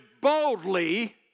boldly